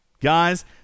Guys